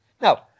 Now